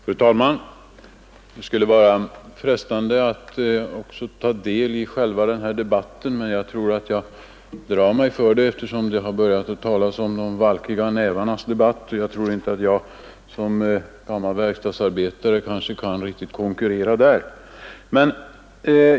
Fru talman! Det skulle vara frestande att också ta del i själva denna debatt, men jag tror att jag drar mig för det, eftersom man har börjat tala om de valkiga nävarnas debatt. Såsom gammal verkstadsarbetare kan jag kanske inte riktigt konkurrera där.